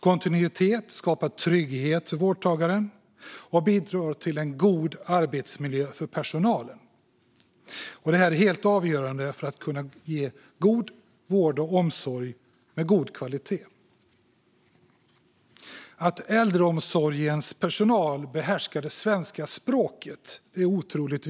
Kontinuitet skapar trygghet för vårdtagaren och bidrar till en god arbetsmiljö för personalen. Detta är avgörande för att ge vård och omsorg med god kvalitet. Att äldreomsorgens personal behärskar det svenska språket är viktigt.